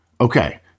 Okay